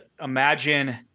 Imagine